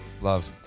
Love